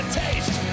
taste